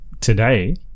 today